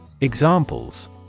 Examples